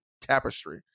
tapestry